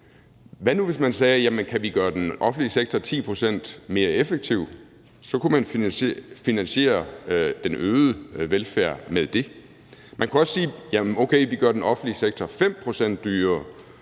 Hvad nu, hvis man sagde: Jamen kunne vi gøre den offentlige sektor 10 pct. mere effektiv, kunne man finansiere den øgede velfærd med det. Man kunne også sige: Jamen okay, vi gør den offentlige sektor 5 pct.